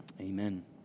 amen